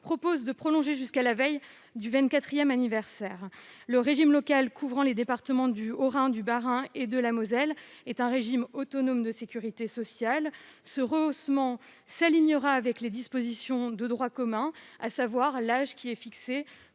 du dispositif jusqu'à la veille du vingt-quatrième anniversaire. Le régime local couvrant les départements du Haut-Rhin, du Bas-Rhin et de la Moselle est un régime autonome de sécurité sociale. Le rehaussement s'alignera avec les dispositions de droit commun, à savoir l'âge fixé